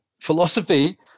philosophy